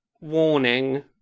warning